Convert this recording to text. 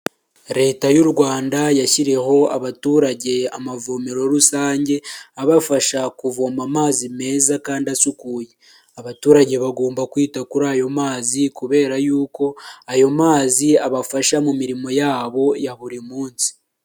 Leta y'u rwanda yashyiriho abaturage ama vomero rusange abafasha kuvoma amazi meza kandi asukuye, abaturage bagomba kwita kuri ayo mazi kubera yuko ayo mazi abafasha mu mirimo yabo ya buri munsi.